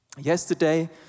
Yesterday